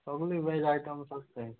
सगलीं veg items आसताय